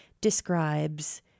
describes